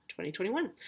2021